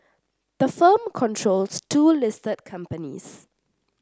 the firm controls two listed companies